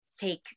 take